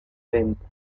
venta